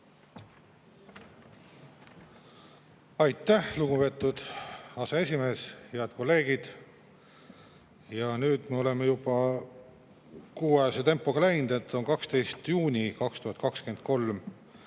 Aitäh, lugupeetud aseesimees! Head kolleegid! Ja nüüd me oleme juba kuuajase tempoga läinud, et on 12. juuni 2023.